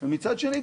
ומצד שני,